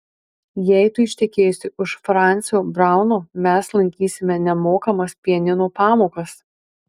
jei tu ištekėsi už francio brauno mes lankysime nemokamas pianino pamokas